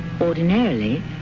Ordinarily